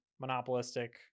monopolistic